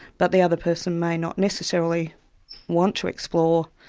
but the other person may not necessarily want to explore,